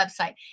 website